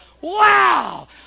wow